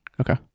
Okay